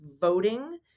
voting